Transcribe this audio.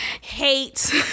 hate